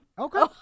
Okay